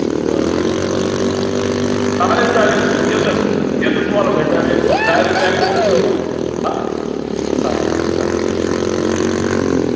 बरं बरं बरं चालेल चालेल मग येतो मग येतो तुम्हाला भेटायला येतो मग डायरेक बँकेतच भेटू आपण मग हां चालेल चालेल चालेल ओके ओके हां